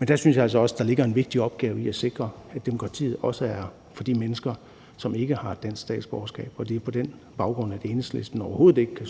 der ligger en vigtig opgave i at sikre, at demokratiet også er for de mennesker, som ikke har dansk statsborgerskab. Det er på den baggrund, at Enhedslisten overhovedet ikke kan